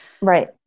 Right